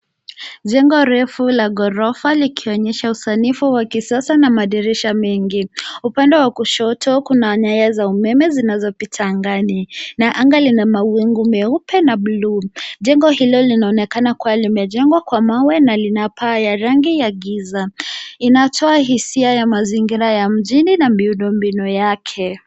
Jengo refu la ghorofa likionyesha usanifu wa kisasa na madirisha mengi. Upande wa kushoto kuna nyaya za umeme zinazopita angani na anga lina mawingu meupe na buluu. Jengo hili linaonekana kuwa limejengwa kwa mawe na lina paa ya rangi ya giza. Inatoa hisia ya mazingira ya mjini na miundombinu yake.